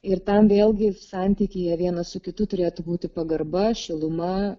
ir tam vėlgi santykyje vienas su kitu turėtų būti pagarba šiluma